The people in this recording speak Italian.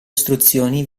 istruzioni